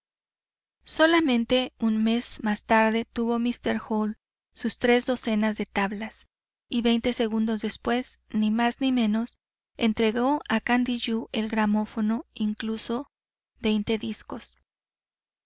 solamente un mes más tarde tuvo míster hall sus tres docenas de tablas y veinte segundos después ni más ni menos entregó a candiyú el gramófono incluso veinte discos